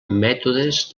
mètodes